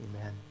Amen